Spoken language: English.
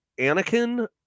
Anakin